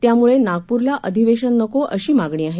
त्यामुळे नागप्रला अधिवेशन नको अशी मागणी आहे